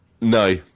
No